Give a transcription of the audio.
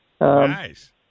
Nice